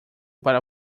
para